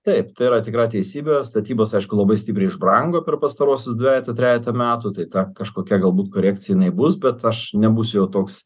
taip tai yra tikra teisybė statybos aišku labai stipriai išbrango per pastaruosius dvejetą trejetą metų tai ta kažkokia galbūt korekcija jinai bus bet aš nebūsiu jau toks